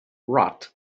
rot